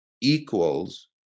equals